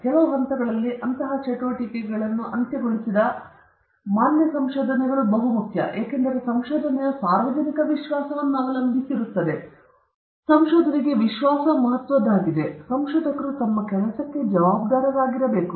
ಕೆಲವು ಹಂತಗಳಲ್ಲಿ ಅಂತಹ ಚಟುವಟಿಕೆಯನ್ನು ಅಂತ್ಯಗೊಳಿಸಿದ ಮಾನ್ಯ ಸಂಶೋಧನೆಗಳು ಬಹಳ ಮುಖ್ಯ ಮತ್ತು ಏಕೆಂದರೆ ಸಂಶೋಧನೆಯು ಸಾರ್ವಜನಿಕ ವಿಶ್ವಾಸವನ್ನು ಅವಲಂಬಿಸಿರುತ್ತದೆ ಸಂಶೋಧನೆಗೆ ಅದು ಮಹತ್ವದ್ದಾಗಿದೆ ಆದ್ದರಿಂದ ಸಂಶೋಧಕರು ತಮ್ಮ ಕೆಲಸಕ್ಕೆ ಜವಾಬ್ದಾರರಾಗಿರಬೇಕು